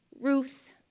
Ruth